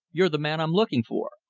you're the man i'm looking for.